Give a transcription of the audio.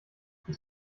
ich